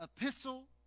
epistle